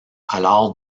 alors